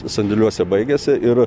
sandėliuose baigiasi ir